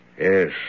Yes